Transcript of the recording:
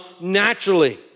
naturally